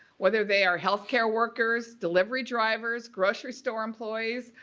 whether they are healthcare workers, delivery drivers, grocery store employees,